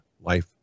life